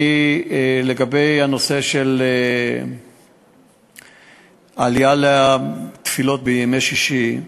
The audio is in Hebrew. לגבי הנושא של העלייה לתפילות בימי שישי,